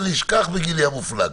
אני אשכח בגילי המופלג.